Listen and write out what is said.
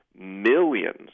millions